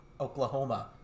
Oklahoma